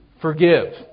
forgive